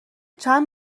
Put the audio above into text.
چند